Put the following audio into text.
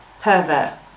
pervert